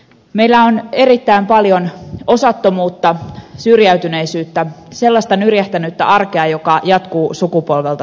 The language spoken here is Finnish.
meillä on erittäin paljon osattomuutta syrjäytyneisyyttä sellaista nyrjähtänyttä arkea joka jatkuu sukupolvelta toiselle